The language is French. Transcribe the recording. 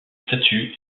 statue